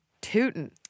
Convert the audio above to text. tooting